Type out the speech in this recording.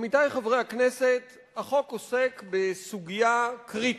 עמיתי חברי הכנסת, החוק עוסק בסוגיה קריטית,